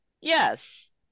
yes